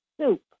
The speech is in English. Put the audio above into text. soup